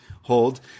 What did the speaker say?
hold